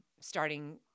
starting